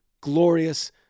glorious